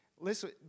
Listen